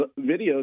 videos